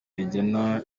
rigena